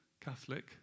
Catholic